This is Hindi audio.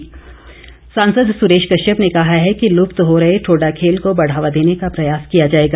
सुरेश कश्यप सांसद सुरेश कश्यप ने कहा है कि लुप्त हो रहे ठोडा खेल को बढ़ावा देने का प्रयास किया जाएगा